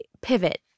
pivot